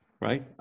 Right